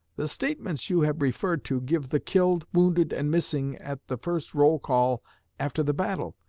the statements you have referred to give the killed, wounded, and missing at the first roll-call after the battle,